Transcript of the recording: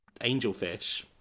angelfish